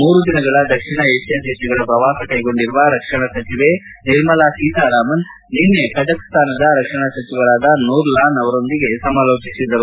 ಮೂರು ದಿನಗಳ ದಕ್ಷಿಣ ಏಷ್ಯಾ ದೇಶಗಳ ಪ್ರವಾಸ ಕ್ಷೆಗೊಂಡಿರುವ ರಕ್ಷಣಾ ಸಚಿವೆ ನಿರ್ಮಲಾ ಸೀತಾರಾಮನ್ ನಿನ್ನೆ ಕಜಕ್ಸ್ತಾನದ ರಕ್ಷಣಾ ಸಚಿವರಾದ ನೂರ್ಲಾನ್ ಯಿರ್ಮೆಕ್ಬಯವ್ ಅವರೊಂದಿಗೆ ಸಮಾಲೋಚಿಸಿದರು